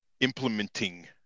implementing